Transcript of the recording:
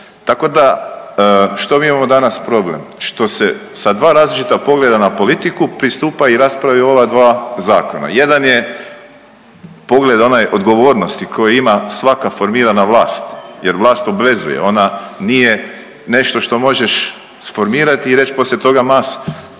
tako da što mi imamo danas problem što se sa dva različita pogleda na politiku pristupa i raspravi o ova dva zakona. Jedan je pogled onaj odgovornosti koji ima svaka formirana vlast, jer vlast obvezuje. Ona nije nešto što možeš isformirati i reći poslije toga, nas